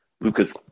Luca's